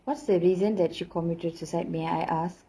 what's the reason that she committed suicide may I ask